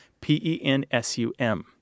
P-E-N-S-U-M